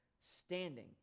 standing